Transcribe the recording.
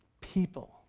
people